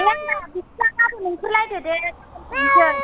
दे होनबा बिदिब्ला गाबोन ओंखारलायदो दे गाबोन थांसै